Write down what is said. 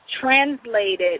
translated